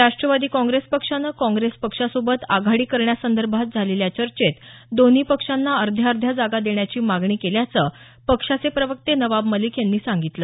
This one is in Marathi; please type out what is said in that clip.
राष्ट्रवादी काँग्रेस पक्षानं काँग्रेस पक्षासोबत आघाडी करण्यासंदर्भात झालेल्या चर्चेत दोन्ही पक्षांना अर्ध्या अर्ध्या जागा देण्याची मागणी केल्याचं पक्षाचे प्रवक्ते नवाब मलिक यांनी सांगितलं